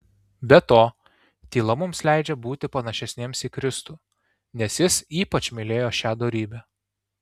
be to tyla mums leidžia būti panašesniems į kristų nes jis ypač mylėjo šią dorybę